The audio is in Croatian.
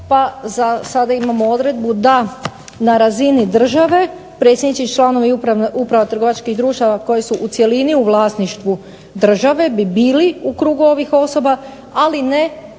Pa zasada imamo odredbu da na razini države predsjednici i članovi uprava trgovačkih društava koji su u cjelini u vlasništvu države bi bili u krugu ovih osoba, ali ne